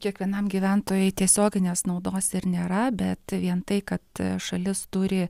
kiekvienam gyventojui tiesioginės naudos ir nėra bet vien tai kad šalis turi